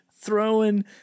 throwing